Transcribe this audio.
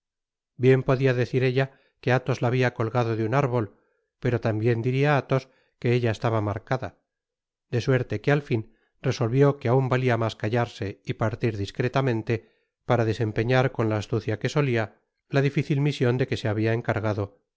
bien podia decir ella que alhos la habia colgado de un árbol pero tambien diria athos que ella estaba marcada de suerte que al fin resolvió que aun valia mas callarse y partir discretamente para desempeñar con la astucia que solia la dificil mision de que se habia encargado